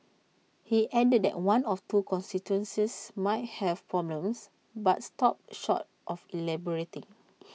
he added that one of two constituencies might have problems but stopped short of elaborating